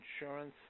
insurance